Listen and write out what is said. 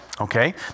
Okay